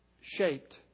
shaped